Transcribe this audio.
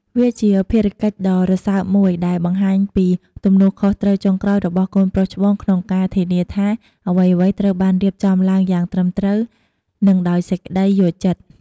វាជាភារកិច្ចដ៏រសើបមួយ ដែលបង្ហាញពីទំនួលខុសត្រូវចុងក្រោយរបស់កូនប្រុសច្បងក្នុងការធានាថា អ្វីៗត្រូវបានរៀបចំឡើងយ៉ាងត្រឹមត្រូវ និងដោយសេចក្ដីយល់ចិត្ត។